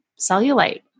cellulite